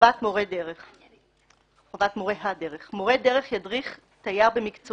חובת מורה הדרך 12. מורה דרך ידריך תייר במקצועיות